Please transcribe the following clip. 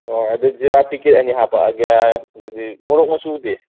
ꯑꯣ ꯑꯗꯩ ꯖꯤꯔꯥ ꯄꯤꯛꯀꯦꯠ ꯑꯅꯤ ꯍꯥꯄꯛꯑꯒꯦ ꯑꯗꯨꯗꯤ ꯃꯣꯔꯣꯛ ꯃꯆꯨꯗꯤ